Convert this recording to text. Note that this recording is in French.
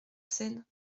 seine